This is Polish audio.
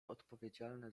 odpowiedzialne